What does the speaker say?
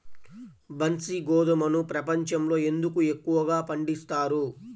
బన్సీ గోధుమను ప్రపంచంలో ఎందుకు ఎక్కువగా పండిస్తారు?